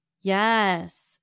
Yes